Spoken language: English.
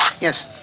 Yes